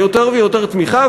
יותר ויותר תמיכה,